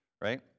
right